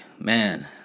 Man